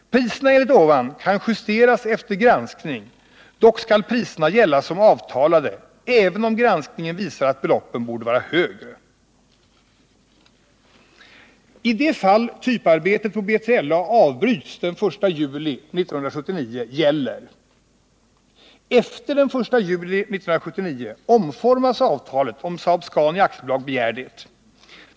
Priserna enligt ovan kan justeras efter granskning, dock skall priserna gälla som avtalade, även om granskningen visar att beloppen borde vara högre. Efter den 1 juli 1979 omformas avtalet om Saab-Scania AB begär det.